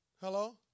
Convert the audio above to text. Hello